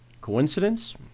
coincidence